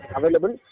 available